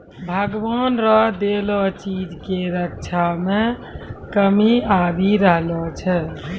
भगवान रो देलो चीज के रक्षा मे कमी आबी रहलो छै